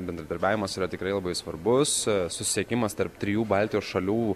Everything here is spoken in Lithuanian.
bendradarbiavimas yra tikrai labai svarbus susisiekimas tarp trijų baltijos šalių